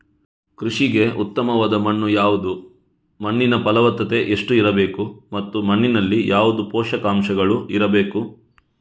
ಕೃಷಿಗೆ ಉತ್ತಮವಾದ ಮಣ್ಣು ಯಾವುದು, ಮಣ್ಣಿನ ಫಲವತ್ತತೆ ಎಷ್ಟು ಇರಬೇಕು ಮತ್ತು ಮಣ್ಣಿನಲ್ಲಿ ಯಾವುದು ಪೋಷಕಾಂಶಗಳು ಇರಬೇಕು?